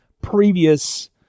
previous